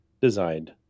designed